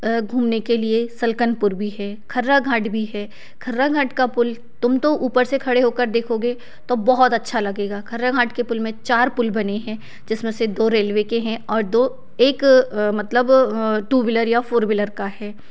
घूमने के लिए सलकनपुर भी है खर्रा घाट भी है खर्रा घाट का पुल तुम तो ऊपर से खड़े होकर देखोगे तो बहुत अच्छा लगेगा खर्रा घाट के पुल में चार पुल बने हैं जिसमें से दो रेलवे के हैं और दो एक मतलब टू विलर या फ़ोर विलर का है